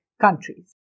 countries